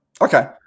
Okay